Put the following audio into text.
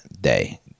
day